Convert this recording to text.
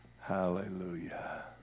Hallelujah